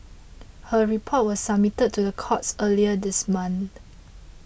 her report was submitted to the courts earlier this month